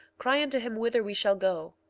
cry unto him whither we shall go.